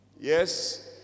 Yes